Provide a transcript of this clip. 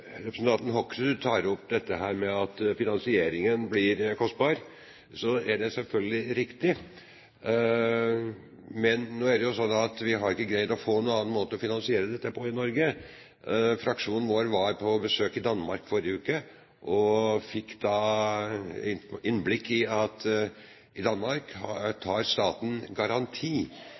representanten Hoksrud tar opp dette med at finansieringen blir kostbar, er det selvfølgelig riktig, men nå er det jo slik at vi ikke har greid å få noen annen måte å finansiere dette på i Norge. Fraksjonen vår var på besøk i Danmark i forrige uke, og vi fikk da et innblikk i at i Danmark tar staten garanti,